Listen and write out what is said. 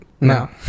No